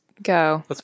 Go